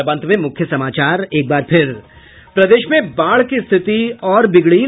और अब अंत में मुख्य समाचार एक बार फिर प्रदेश में बाढ़ की स्थिति और बिगड़ी